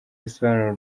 risobanura